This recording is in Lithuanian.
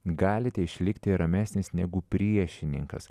galite išlikti ramesnis negu priešininkas